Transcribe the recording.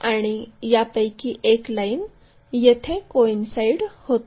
आणि यापैकी एक लाईन येथे कोइन्साईड होते